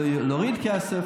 להוריד כסף.